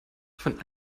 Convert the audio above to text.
von